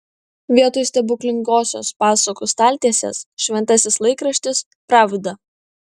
vietoj stebuklingosios pasakų staltiesės šventasis laikraštis pravda